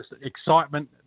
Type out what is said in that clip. excitement